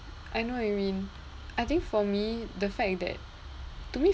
I know what you mean I think for me the fact that to me